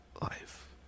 life